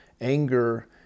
anger